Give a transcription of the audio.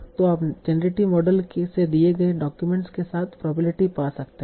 तो आप generative model से दिए गए डॉक्यूमेंट के साथ प्रोबेबिलिटी पा सकते हैं